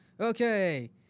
Okay